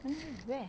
mana where